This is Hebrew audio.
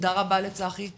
תודה רבה לצחי רפפורט,